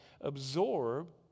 absorb